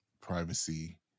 privacy